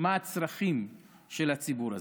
מה הצרכים של הציבור הזה.